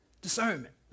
Discernment